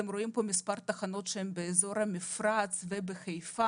אתם רואים פה מספר תחנות באזור המפרץ ובחיפה.